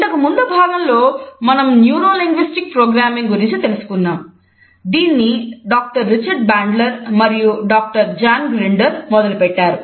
ఇంతకు ముందు భాగంలో మనం న్యూరో లింగ్విస్టిక్ ప్రోగ్రామింగ్ మొదలుపెట్టారు